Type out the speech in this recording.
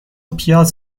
پیاز